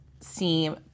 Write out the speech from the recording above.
seem